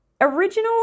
Original